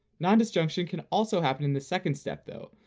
nondisjunction can also happen in the second step though,